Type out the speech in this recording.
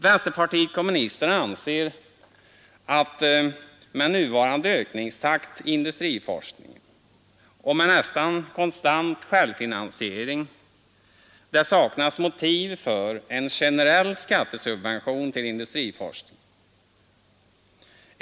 Vänsterpartiet kommunisterna anser att det med nuvarande ökningstakt i industriforskningen och med nästan konstant självfinansiering saknas motiv för en generell skattesubvention till industriforskningen.